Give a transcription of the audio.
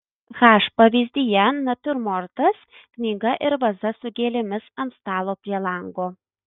h pavyzdyje natiurmortas knyga ir vaza su gėlėmis ant stalo prie lango